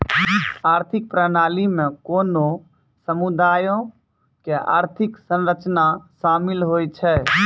आर्थिक प्रणाली मे कोनो समुदायो के आर्थिक संरचना शामिल होय छै